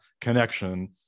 connection